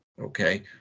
Okay